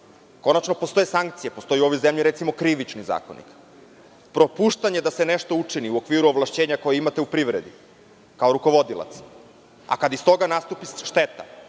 Konačno postoje sankcije. Postoje u ovoj zemlji, recimo, krivični zakoni. Propuštanje da se nešto učini u okviru ovlašćenja koja imate u privredi, kao rukovodilac, a kada iz toga nastupi šteta,